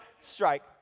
strike